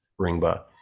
Ringba